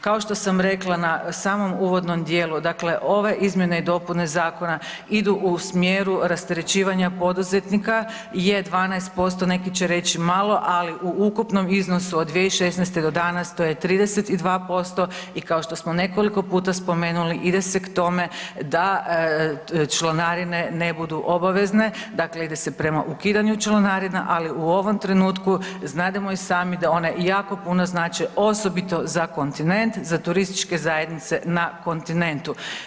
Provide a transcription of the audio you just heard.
Kao što sam rekla na samom uvodnom dijelu, dakle ove izmjene i dopune zakona idu u smjeru rasterećivanja poduzetnika, je 12%, neki će reći malo, ali u ukupnom iznosu od 2016. do danas to je 32% i kao što smo nekoliko puta spomenuli ide se k tome da članarine ne budu obavezne, dakle ide se prema ukidanju članarina, ali u ovom trenutku, znademo i sami da one jako puno znače osobito za kontinent, za turističke zajednice na kontinentu.